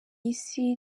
isi